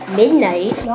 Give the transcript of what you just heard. midnight